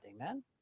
Amen